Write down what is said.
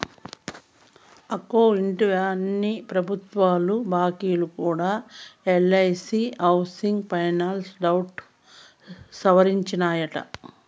అక్కో ఇంటివా, అన్ని పెబుత్వ బాంకీలు కూడా ఎల్ఐసీ హౌసింగ్ ఫైనాన్స్ రౌట్ సవరించినాయట